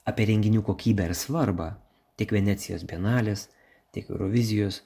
apie renginių kokybę ir svarbą tiek venecijos bienalės tiek eurovizijos